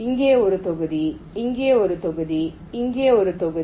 இங்கே ஒரு தொகுதி இங்கே ஒரு தொகுதி இங்கே ஒரு தொகுதி